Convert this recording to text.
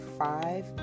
five